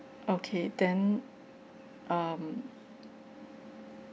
okay then um